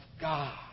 God